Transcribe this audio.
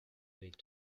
avec